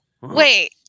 Wait